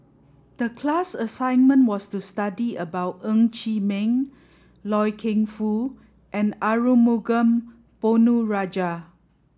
the class assignment was to study about Ng Chee Meng Loy Keng Foo and Arumugam Ponnu Rajah